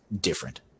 different